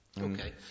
Okay